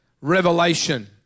Revelation